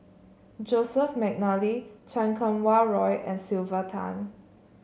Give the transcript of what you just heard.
Joseph McNally Chan Kum Wah Roy and Sylvia Tan